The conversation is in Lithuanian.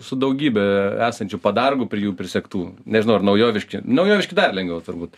su daugybe esančių padargų prie jų prisegtų nežinau ar naujoviški naujoviški dar lengviau turbūt